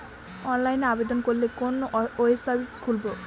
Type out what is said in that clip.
অনলাইনে আবেদন করলে কোন ওয়েবসাইট খুলব?